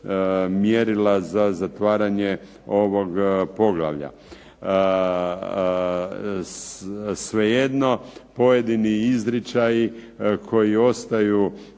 za zatvaranje ovog poglavlja. Svejedno pojedini izričaji koji ostaju